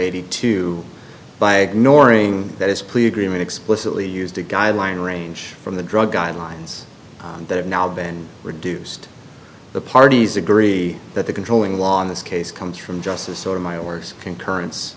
eighty two by ignoring that his plea agreement explicitly used a guideline range from the drug guidelines that have now been reduced the parties agree that the controlling law in this case comes from justice or my or concurrence